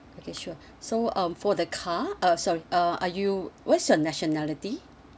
okay sure so um for the car uh sorry uh are you what's your nationality